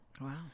Wow